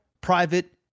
private